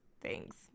Thanks